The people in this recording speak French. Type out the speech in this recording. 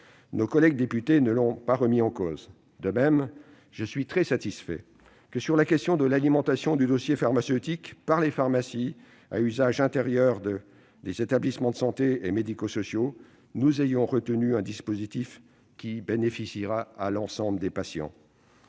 Nos collègues députés ne l'ont pas remis en cause. De même, je suis très satisfait que, sur la question de l'alimentation du dossier pharmaceutique par les pharmacies à usage intérieur des établissements de santé et médico-sociaux, le Sénat ait retenu un dispositif qui bénéficiera à tous les patients.